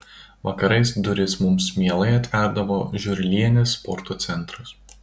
vakarais duris mums mielai atverdavo žiurlienės sporto centras